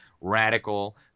radical